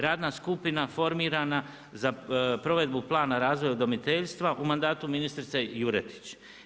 Radna skupina formirana za provedbu plana razvoj udomiteljstva u mandatu ministrice Juretić.